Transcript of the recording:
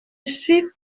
suis